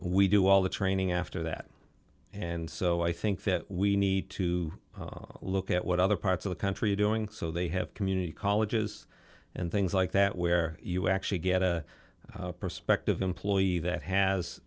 we do all the training after that and so i think that we need to look at what other parts of the country are doing so they have community colleges and things like that where you actually get a prospective employee that has